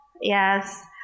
yes